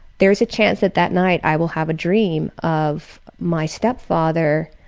there's a chance that that night i will have a dream of my stepfather